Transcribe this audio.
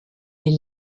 est